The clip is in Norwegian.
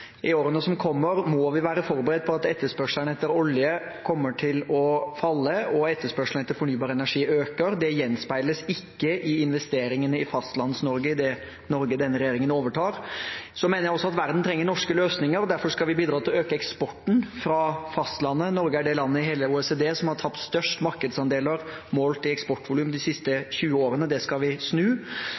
I årene som kommer, må vi være forberedt på at etterspørselen etter olje kommer til å falle, og etterspørselen etter fornybar energi øker. Det gjenspeiles ikke i investeringene i Fastlands-Norge i det Norge denne regjeringen overtar. Så mener jeg også at verden trenger norske løsninger, og derfor skal vi bidra til å øke eksporten fra fastlandet. Norge er det landet i hele OECD som har tapt størst markedsandeler målt i eksportvolum de siste 20 årene. Det skal vi snu.